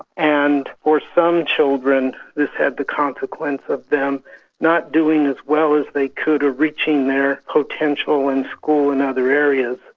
and for some children this had the consequence of them not doing as well as they could or reaching their potential in school and other areas.